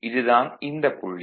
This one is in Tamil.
அது தான் இந்தப் புள்ளி